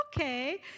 Okay